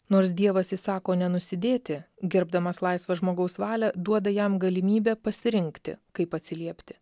nors dievas įsako nenusidėti gerbdamas laisvo žmogaus valią duoda jam galimybę pasirinkti kaip atsiliepti